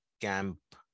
camp